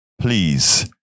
Please